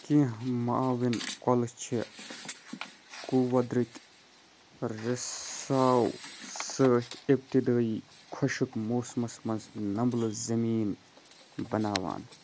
کینٛہہ معاوِن کۄلہٕ چھِ قُوَدرتی رِساو سۭتۍ ابتِدٲیی خو٘شِک موسمس منٛز نمبلہٕ زمیٖن بَناوان